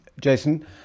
Jason